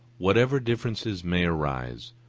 whatever differences may arise,